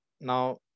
now